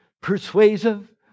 persuasive